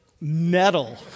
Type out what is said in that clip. metal